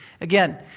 Again